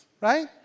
right